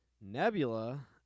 Nebula